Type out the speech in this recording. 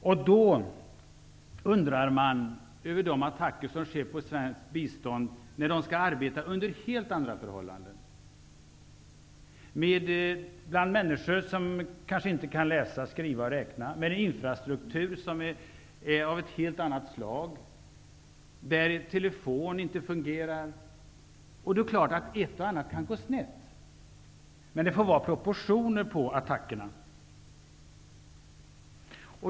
Man undrar då över de attacker som sker mot svenskt bistånd, som ju arbetar under helt andra förhållanden: bland människor som kanske inte kan läsa, skriva och räkna, med en infrastruktur som är av ett helt annat slag och där telefoner inte fungerar. Då kan naturligtvis ett och annat gå snett. Men det måste vara proportion på attackerna.